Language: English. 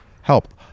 help